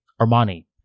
Armani